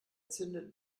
zündet